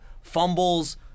fumbles